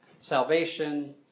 salvation